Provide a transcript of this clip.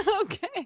Okay